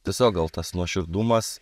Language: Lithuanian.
tiesiog gal tas nuoširdumas